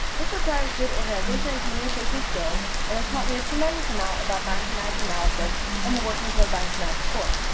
this requires good organization and communication skills, and has taught me a tremendous amount about bioinformatics analysis and the workings of the bioinformatics core.